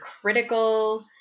critical